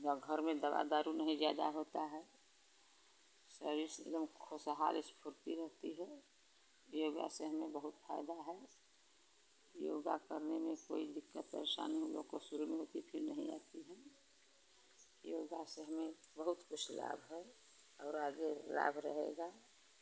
जब घर में दवा दारू नहीं ज़्यादा होता है शरीर से एकदम खो स्फूर्ति रहती है योगा से हमें बहुत फ़ायदा है योगा करने में कोई दिक्कत परेशानी लोग को शुरू में नहीं लगती हैं योगा से हमें बहुत कुछ लाभ है और आगे लाभ रहेगा